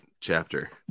chapter